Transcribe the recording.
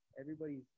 everybody's